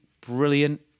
brilliant